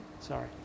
Sorry